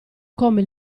come